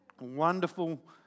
wonderful